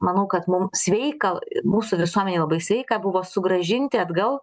manau kad mum sveika mūsų visuomenei labai sveika buvo sugrąžinti atgal